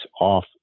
off